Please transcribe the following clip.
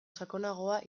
sakonagoa